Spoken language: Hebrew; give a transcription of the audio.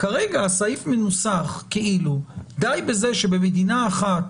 וכרגע הסעיף מנוסח כאילו די בזה שבמדינה אחת